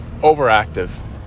overactive